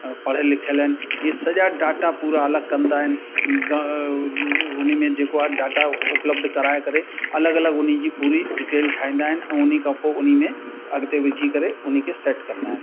पढ़ियल लिखियल आहिनि ऐं सॼा डाटा पूरा अलॻि कंदा आहिनि ग उनमें जेको आहे डाटा उपलब्धु कराए करे अलॻि अलॻि उनी जी पूरी डिटेल ठाहींदा आहिनि ऐं उनखां पोइ उनमें अॻिते विझी करे उनखे सेट कंदा आहिनि